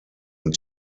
und